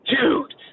dude